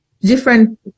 different